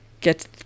get